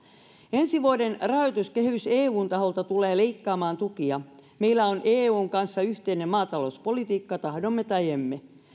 ensi vuoden rahoituskehys eun taholta tulee leikkaamaan tukia meillä on eun kanssa yhteinen maatalouspolitiikka tahdomme tai emme